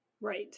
Right